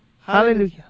Hallelujah